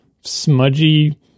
smudgy